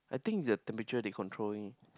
I think the temperature they controlling